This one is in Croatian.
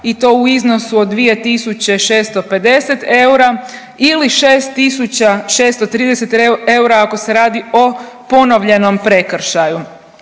i to u iznosu od 2.650 eura ili 6.630 eura ako se radi o ponovljenom prekršaju.